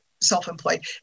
self-employed